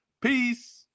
peace